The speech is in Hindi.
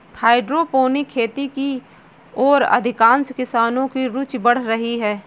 हाइड्रोपोनिक खेती की ओर अधिकांश किसानों की रूचि बढ़ रही है